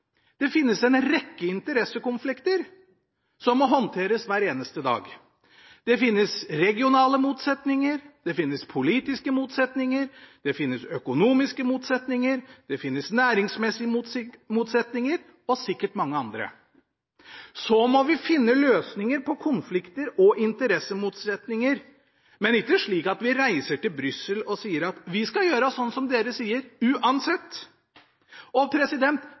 Det finnes en rekke interessekonflikter som må håndteres hver eneste dag. Det finnes regionale motsetninger, det finnes politiske motsetninger, det finnes økonomiske motsetninger, det finnes næringsmessige motsetninger – og sikkert mange andre. Vi må finne løsninger på konflikter og interessemotsetninger, men ikke slik at vi reiser til Brussel og sier at vi skal gjøre sånn som dere sier – uansett.